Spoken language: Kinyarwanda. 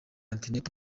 interineti